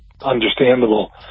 understandable